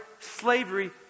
slavery